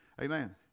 amen